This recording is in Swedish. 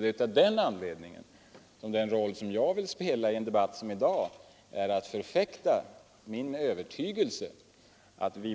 Det är av den anledningen jag i en debatt som i dag vill förfäkta min övertygelse att vi